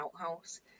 outhouse